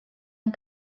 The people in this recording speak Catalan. amb